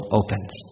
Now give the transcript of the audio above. opens